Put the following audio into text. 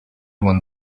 one